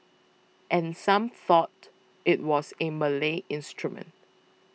and some thought it was a Malay instrument